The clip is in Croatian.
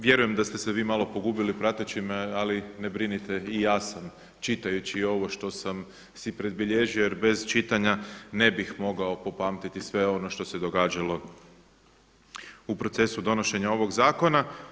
Vjerujem da ste se vi malo pogubili prateći me, ali ne brinite i ja sam čitajući ovo što sam si predbilježio jer bez čitanja ne bih mogao popamtiti sve ono što se događalo u procesu donošenja ovog zakona.